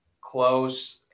close